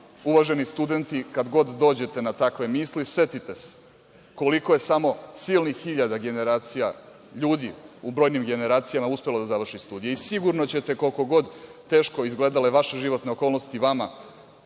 uvaženi studenti, kad god dođete na takve misli setite se koliko je samo silnih hiljada generacija ljudi u brojnim generacijama uspelo da završi studije, i sigurno ćete, koliko god teško izgledale te vaše životne okolnosti vama,